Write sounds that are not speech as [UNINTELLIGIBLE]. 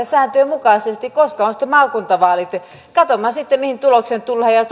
[UNINTELLIGIBLE] sääntöjen mukaisesti koska on sitten maakuntavaalit katsomme sitten mihin tulokseen tullaan ja [UNINTELLIGIBLE]